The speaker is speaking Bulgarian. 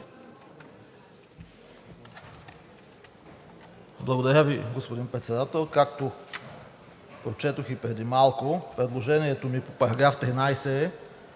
Благодаря Ви, господин Председател. Както прочетох и преди малко, предложението ми е в § 13,